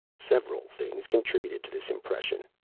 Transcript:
several things contributed to this impression.